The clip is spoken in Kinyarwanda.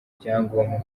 ibyangombwa